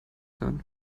hören